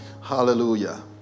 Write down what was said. Hallelujah